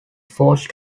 forced